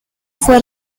fue